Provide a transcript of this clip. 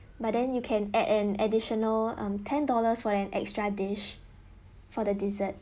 but then you can add an additional um ten dollars for an extra dish for the dessert